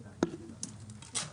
הישיבה ננעלה בשעה 12:15.